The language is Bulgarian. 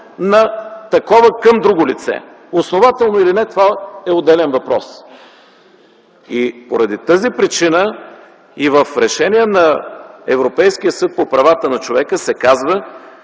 на такова към друго лице. Основателно или не – това е отделен въпрос. Поради тази причина и в решение на Европейския съд по правата на човека се казва,